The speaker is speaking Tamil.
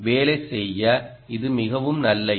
வேலை செய்ய இது மிகவும் நல்ல எண்